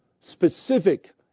specific